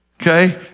Okay